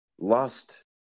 lost